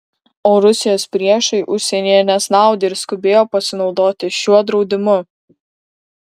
o rusijos priešai užsienyje nesnaudė ir skubėjo pasinaudoti šiuo draudimu